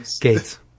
Gates